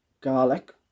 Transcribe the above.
garlic